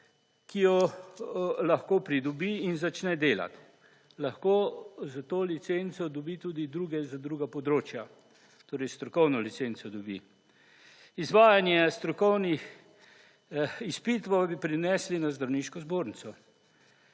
ki jo lahko pridobi in začne delati. Lahko s to licenco dobi tudi druge za druga področja. Torej, strokovno licenco dobi. Izvajanje strokovnih izpitov pa bi prenesli na zdravniško zbornico.